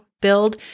build